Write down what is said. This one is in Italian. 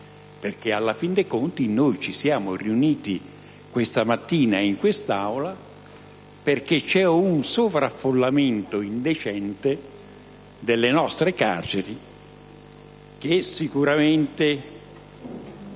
che in fin dei conti ci siamo riuniti questa mattina in quest'Aula perché c'è un sovraffollamento indecente delle nostre carceri che sicuramente